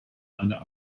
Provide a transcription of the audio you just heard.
einer